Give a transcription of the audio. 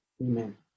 amen